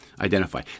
identify